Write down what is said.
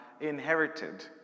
inherited